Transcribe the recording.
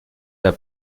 der